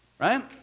Right